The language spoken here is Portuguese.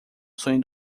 sonho